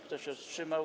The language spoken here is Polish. Kto się wstrzymał?